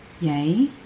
Yay